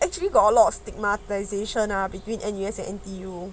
actually got a lot of stigmatisation are between N_U_S and N_T_U